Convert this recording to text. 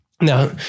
Now